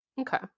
okay